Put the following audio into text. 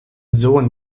sohn